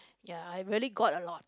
ya I really got a lot